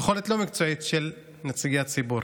לא מקצועית של נציגי הציבור.